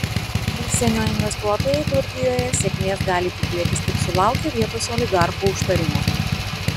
užsienio investuotojai turkijoje sėkmės gali tikėtis tik sulaukę vietos oligarchų užtarimo